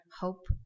hope